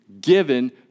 Given